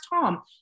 Tom